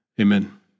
Amen